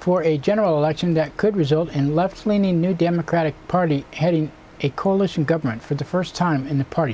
for a general election that could result in left leaning new democratic party heading a coalition government for the first time in the part